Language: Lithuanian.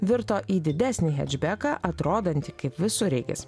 virto į didesnį hečbeką atrodantį kaip visureigis